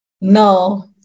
No